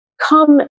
come